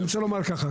אני רוצה לומר ככה.